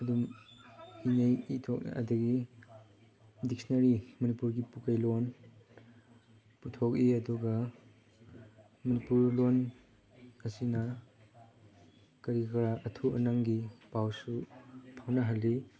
ꯑꯗꯨꯝ ꯏꯅꯩ ꯑꯗꯒꯤ ꯗꯤꯛꯁꯅꯥꯔꯤ ꯃꯅꯤꯄꯨꯔꯒꯤ ꯄꯨꯛꯀꯩ ꯂꯣꯟ ꯄꯨꯊꯣꯛꯏ ꯑꯗꯨꯒ ꯃꯅꯤꯄꯨꯔ ꯂꯣꯟ ꯑꯁꯤꯅ ꯀꯔꯤꯀꯔꯥ ꯑꯊꯨ ꯑꯅꯪꯒꯤ ꯄꯥꯎꯁꯨ ꯐꯥꯎꯅꯍꯜꯂꯤ